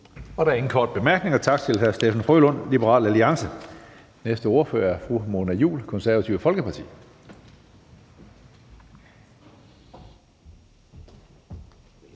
Der er ingen korte bemærkninger. Tak til hr. Steffen W. Frølund, Liberal Alliance. Den næste ordfører er fru Mona Juul, Det Konservative Folkeparti.